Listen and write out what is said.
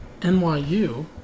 NYU